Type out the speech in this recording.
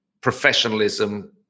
professionalism